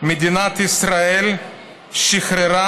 מדינת ישראל שחררה